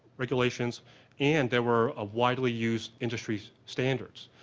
regulations and there were ah widely used industry standards,